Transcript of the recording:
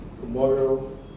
tomorrow